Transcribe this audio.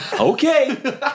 Okay